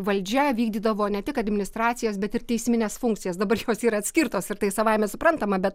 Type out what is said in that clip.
valdžia vykdydavo ne tik administracijos bet ir teismines funkcijas dabar jos yra atskirtos ir tai savaime suprantama bet